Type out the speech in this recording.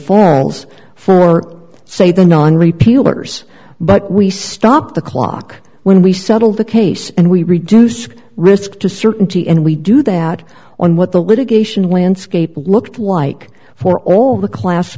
falls for say the non repeal workers but we stop the clock when we settle the case and we reduce risk to certainty and we do that on what the litigation landscape looked like for all the clas